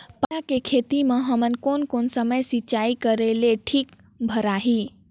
पाला के खेती मां हमन कोन कोन समय सिंचाई करेले ठीक भराही?